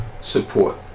support